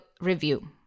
review